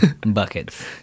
Buckets